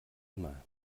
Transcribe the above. immer